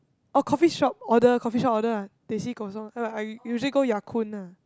oh coffee shop order coffee shop order ah teh C kosong uh but I usually go Ya-Kun lah